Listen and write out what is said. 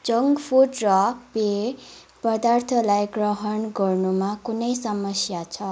junk food र पेय पदार्थलाई ग्रहण गर्नुमा कुनै समस्या छ